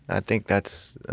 i think that's